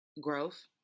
Growth